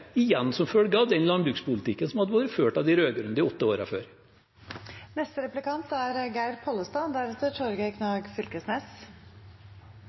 igjen som følge av den landbrukspolitikken som hadde vært ført av de rød-grønne de åtte